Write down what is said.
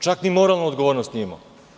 Čak ni moralnu odgovornost nije imao.